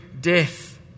death